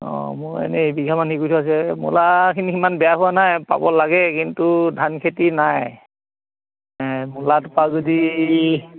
অঁ মোৰ এনেই এবিঘামান মূলাখিনি সিমান বেয়া হোৱা নাই পাব লাগে কিন্তু ধান খেতি নাই মূলা টোৰপা যদি